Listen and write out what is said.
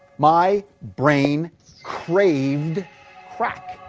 my brain craved crack.